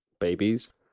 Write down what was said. babies